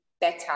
better